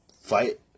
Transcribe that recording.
Fight